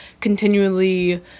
continually